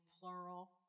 plural